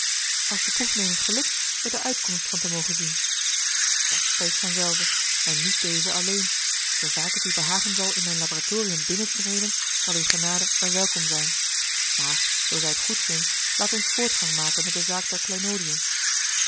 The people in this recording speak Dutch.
als de proefneming gelukt er de uitkomst van te mogen zien dat spreekt van zelve en niet deze alleen zoovaak het u behagen zal in mijn laboratorium binnen te treden zal uwe genade er welkom zijn maar zoo zij t goedvindt laat ons voortgang maken met de zaak der